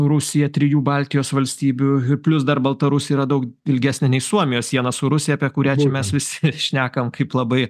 rusija trijų baltijos valstybių ir plius dar baltarusija yra daug ilgesnė nei suomijos siena su rusija apie kurią mes visi šnekam kaip labai